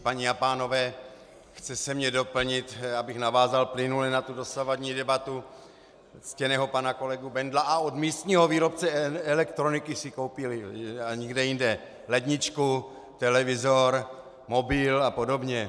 Paní a pánové, chce se mně doplnit, abych navázal plynule na tu dosavadní debatu ctěného pana kolegu Bendla, a od místního výrobce elektroniky si koupí a nikde jinde ledničku, televizor, mobil a podobně.